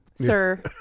sir